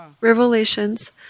revelations